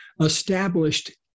established